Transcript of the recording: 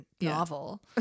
novel